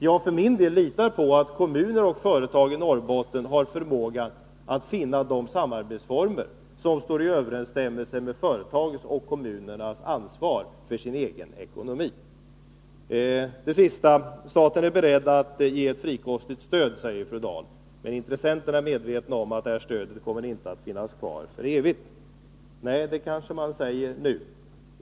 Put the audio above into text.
Jag för min del litar på att kommuner och företag i - Nr 143 Norrbotten har förmåga att finna de samarbetsformer som står i överens Tisdagen den stämmelse med företagens och kommunernas ansvar för sin egen ekono 10 maj 1983 mi. Staten är beredd att ge frikostigt stöd, säger fru Dahl, men intressenterna skall vara medvetna om att det här stödet inte kommer att finnas kvar för evigt. Det kanske man säger nu det.